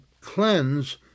cleanse